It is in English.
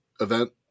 event